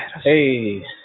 Hey